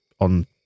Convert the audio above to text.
on